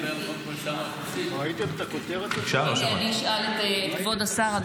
אני אשאל את כבוד השר.